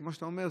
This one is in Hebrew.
כמו שאתה אומר,